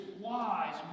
wise